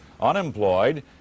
unemployed